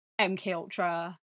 MKUltra